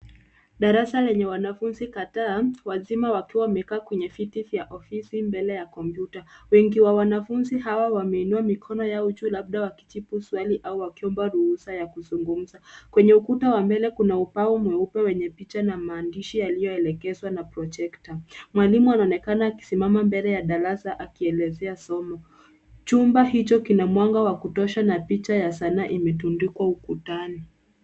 Darasa lenye wanafunzi kadhaa, wazima wakiwa wamekaa kwenye viti vya ofisi mbele ya kompyuta. Wengi wa wanafunzi hawa wameinua mikono yao juu labda wakijibu swali au wakiomba ruhusa ya kuzungumza. Kwenye ukuta wa mbele kuna ubao mweupe wenye picha na maandishi yaliyoelekezwa na projector . Mwalimu anaonekana akisimama mbele ya darasa akielezea somo. Chumba hicho kina mwanga wa kutosha na picha ya sanaa imetundikwa ukutani.